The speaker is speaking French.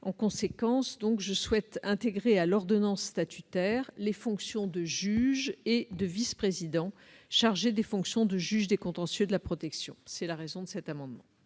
En conséquence, je souhaite intégrer à l'ordonnance statutaire les fonctions de juge et de vice-président chargé des fonctions de juge des contentieux de la protection. Quel est l'avis de la commission